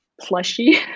plushy